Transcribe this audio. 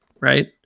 right